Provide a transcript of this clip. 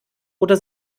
oder